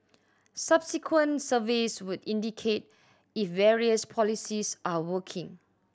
subsequent surveys would indicate if various policies are working